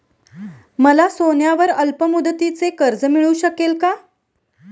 मला सोन्यावर अल्पमुदतीचे कर्ज मिळू शकेल का?